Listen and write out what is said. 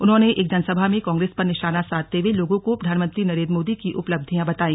उन्होंने एक जनसभा में कांग्रेस पर निशाना साधते हुए लोगों को प्रधानमंत्री नरेंद्र मोदी की उपलब्धियां बताई